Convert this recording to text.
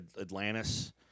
Atlantis